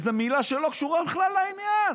איזו מילה שלא קשורה בכלל לעניין.